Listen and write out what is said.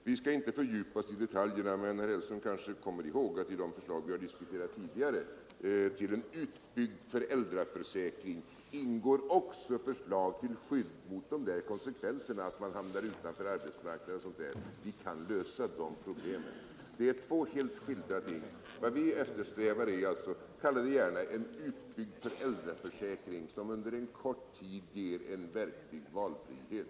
Vi skall inte fördjupa oss i detaljerna, men herr Hellström kanske kommer ihåg att i de förslag som vi har diskuterat tidigare om en utbyggd föräldraförsäkring ingår också förslag till skydd mot konsekvenserna av att man hamnar utanför arbetsmarknaden, så vi kan lösa även de problemen. Vad vi eftersträvar är något som man gärna må kalla för en utbyggd föräldraförsäkring, som under en kort tid ger en verklig valfrihet.